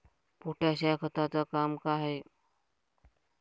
Potash या खताचं काम का हाय?